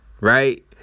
right